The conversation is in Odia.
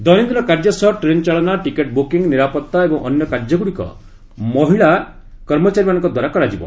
ଦୈନନ୍ଦିନ କାର୍ଯ୍ୟ ସହ ଟ୍ରେନ୍ ଚାଳନା ଟିକେଟ୍ ବୁକିଂ ନିରାପତ୍ତା ଏବଂ ଅନ୍ୟ କାର୍ଯ୍ୟଗୁଡ଼ିକ ମହିଳା କର୍ମଚାରୀମାନଙ୍କଦ୍ୱାରା କରାଯିବ